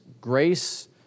grace